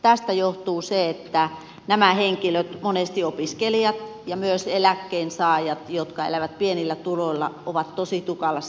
tästä johtuu se että nämä henkilöt monesti opiskelijat ja myös eläkkeensaajat jotka elävät pienillä tuloilla ovat tosi tukalassa tilanteessa